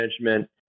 management